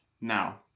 Now